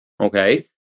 Okay